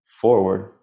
forward